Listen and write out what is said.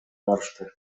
барышты